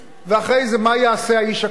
ואחרי זה מה יעשה האיש הקטן.